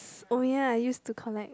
oh ya I used to collect